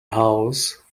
house